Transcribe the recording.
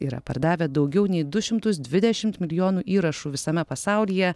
yra pardavę daugiau nei du šimtus dvidešimt milijonų įrašų visame pasaulyje